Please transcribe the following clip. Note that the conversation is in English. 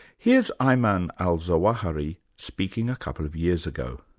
here's ayman al-zawahiri speaking a couple of years ago.